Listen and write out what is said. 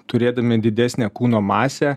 turėdami didesnę kūno masę